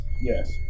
Yes